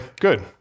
good